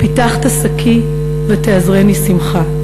פִּתַּחת שקי ותאזרני שמחה.